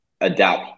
adapt